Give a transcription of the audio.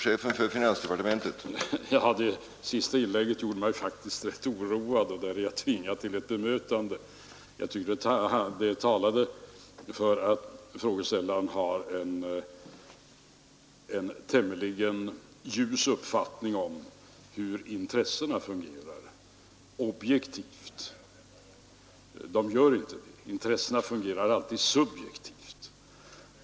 Herr talman! Det senaste inlägget gjorde mig faktiskt rätt oroad, och där är jag tvingad till ett bemötande. Jag tycker att inlägget talade för att frågeställaren har en tämligen ljus uppfattning om hur intressena fungerar objektivt. De gör inte det — intressena fungerar alltid subjektivt.